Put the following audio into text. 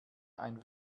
ein